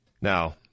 now